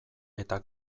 eta